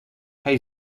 hij